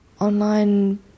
online